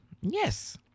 yes